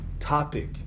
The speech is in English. topic